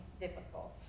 difficult